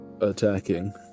attacking